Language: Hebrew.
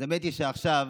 האמת היא שעכשיו